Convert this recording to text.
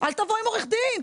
אל תבוא עם עורך דין,